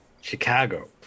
Chicago